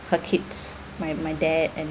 her kids my my dad and